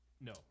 No